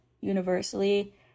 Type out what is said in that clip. universally